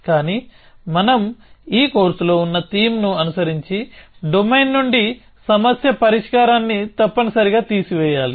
కానీ మనం ఈ కోర్సులో ఉన్న థీమ్ను అనుసరించి డొమైన్ నుండి సమస్య పరిష్కారాన్ని తప్పనిసరిగా తీసివేయాలి